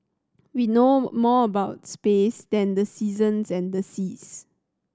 we know more about space than the seasons and the seas